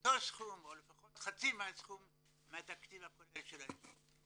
אותו סכום או לפחות חצי מהסכום מהתקציב הכולל שלהם.